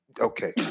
Okay